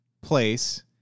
place